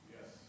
Yes